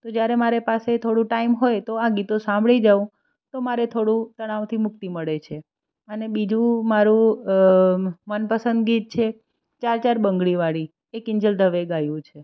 તો જ્યારે મારે પાસે થોડો ટાઇમ હોય તો આ ગીતો સાંભળી જાઉં તો મારે થોડું તણાવથી મુક્તિ મળે છે અને બીજું મારું મનપસંદ ગીત છે ચાર ચાર બંગડીવાળી એ કિંજલ દવે એ ગાયું છે